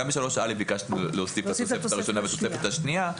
גם ב-3(א) ביקשנו להוסיף לתוספת המשותפת השנייה,